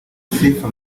sifa